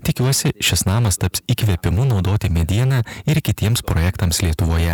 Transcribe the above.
tikiuosi šis namas taps įkvėpimu naudoti medieną ir kitiems projektams lietuvoje